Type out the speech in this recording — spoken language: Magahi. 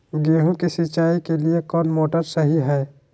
गेंहू के सिंचाई के लिए कौन मोटर शाही हाय?